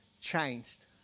changed